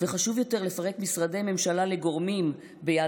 וחשוב יותר לפרק משרדי ממשלה לגורמים ביד